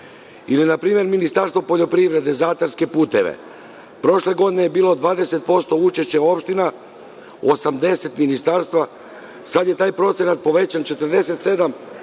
Ili, na primer, Ministarstvo poljoprivrede za atarske puteve. Prošle godine je bilo 20% učešća od opština, 80 ministarstva. Sada je taj procenat povećan – 47%